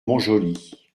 montjoly